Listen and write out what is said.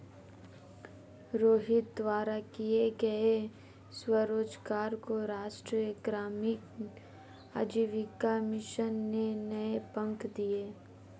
रोहित द्वारा किए गए स्वरोजगार को राष्ट्रीय ग्रामीण आजीविका मिशन ने नए पंख दिए